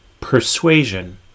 persuasion